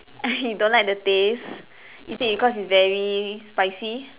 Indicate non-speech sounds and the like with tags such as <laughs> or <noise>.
<laughs> you don't like the taste is it because it's very spicy